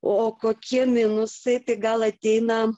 o kokie minusai tai gal ateina